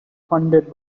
funded